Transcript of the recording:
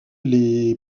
les